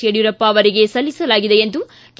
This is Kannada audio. ಯಡಿಯೂರಪ್ಪ ಅವರಿಗೆ ಸಲ್ಲಿಸಲಾಗಿದೆ ಎಂದು ಕೆ